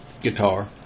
guitar